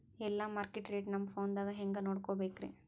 ಎಲ್ಲಾ market rate ನಮ್ ಫೋನದಾಗ ಹೆಂಗ ನೋಡಕೋಬೇಕ್ರಿ?